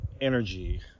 energy